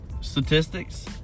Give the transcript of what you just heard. statistics